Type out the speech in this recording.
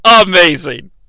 amazing